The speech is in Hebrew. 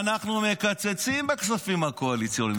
אנחנו מקצצים בכספים הקואליציוניים.